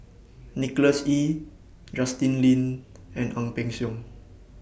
Nicholas Ee Justin Lean and Ang Peng Siong